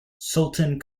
sultan